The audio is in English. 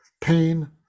pain